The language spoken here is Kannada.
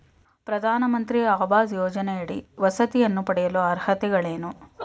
ಪ್ರಧಾನಮಂತ್ರಿ ಆವಾಸ್ ಯೋಜನೆಯಡಿ ವಸತಿಯನ್ನು ಪಡೆಯಲು ಅರ್ಹತೆಗಳೇನು?